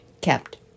kept